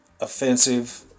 offensive